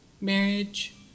marriage